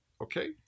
okay